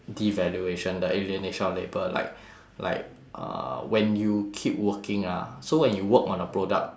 devaluation the alienation of labour like like uh when you keep working ah so when you work on a product